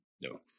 No